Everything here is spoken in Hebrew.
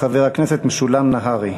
חבר הכנסת משולם נהרי.